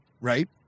Right